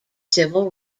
civil